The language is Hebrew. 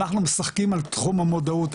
אנחנו משחקים על תחום המודעות,